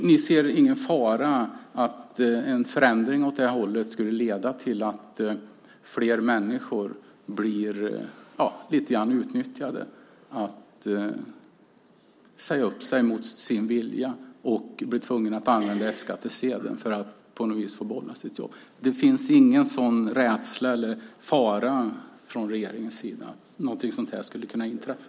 Vi ser en fara att en förändring skulle leda till att fler människor blir utnyttjade. De får säga upp sig mot sin vilja och blir tvungna att skaffa en F-skattsedel för att på något vis få behålla sitt jobb. Finns det ingen rädsla, eller ser man från regeringens sida en fara, att något sådant skulle kunna inträffa?